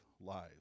lives